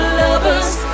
lovers